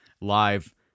live